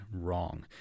wrong